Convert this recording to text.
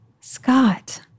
Scott